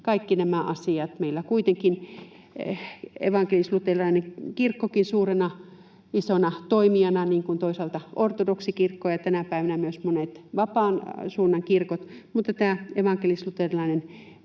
Kaikki nämä asiat meillä kuitenkin evankelis-luterilainen kirkkokin suurena, isona toimijana on huomioinut, niin kuin toisaalta ortodoksikirkko ja tänä päivänä myös monet vapaan suunnan kirkot, mutta tämä evankelis-luterilainen